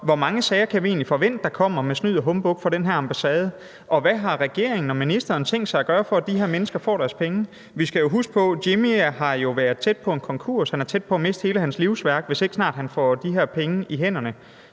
hvor mange sager kan vi egentlig forvente at der kommer med snyd og humbug fra den her ambassade, og hvad har regeringen og ministeren tænkt sig at gøre, for at de her mennesker får deres penge? Vi skal huske på, at Jimmi jo har været tæt på en konkurs; han er tæt på at miste hele sit livsværk, hvis ikke snart han får de her penge i hænderne.